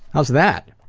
how's that?